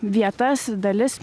vietas dalis